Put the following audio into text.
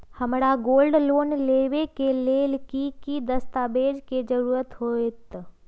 हमरा gold loan लेबे के लेल कि कि दस्ताबेज के जरूरत होयेत?